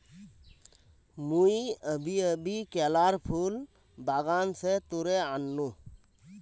मुई अभी अभी केलार फूल बागान स तोड़े आन नु